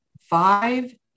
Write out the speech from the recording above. five